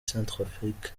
centrafrique